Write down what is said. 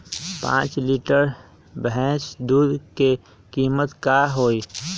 पाँच लीटर भेस दूध के कीमत का होई?